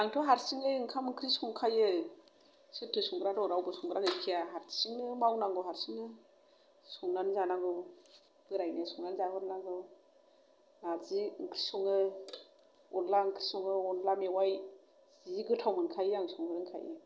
आंथ' हारसिङै ओंखाम ओंख्रै संखायो सोरथो संग्रा दं रावबो संग्रा गैखाया हारसिंनो मावनांगौ हारसिंनो संनानै जानांगौ बोरायनो संनानै जाहोहरनांगौै नारजि ओंख्रि सङो अनला ओंख्रि सङो अनला मेवाइ जि गोथाव मोनखायो आं संनो रोंखायो